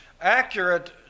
accurate